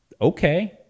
okay